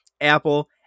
Apple